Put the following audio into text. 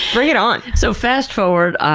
bring it on. so, fast forward,